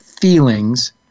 feelings